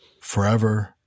forever